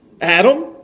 Adam